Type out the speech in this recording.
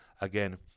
again